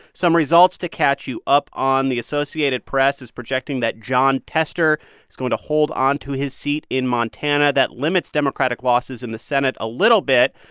some results to catch you up on. the associated press is projecting that jon tester is going to hold onto his seat in montana. that limits democratic losses in the senate a little bit.